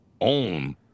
own